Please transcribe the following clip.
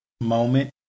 moment